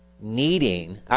needing